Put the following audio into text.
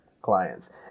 clients